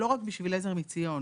לא רק בשביל ׳עזר מציון׳,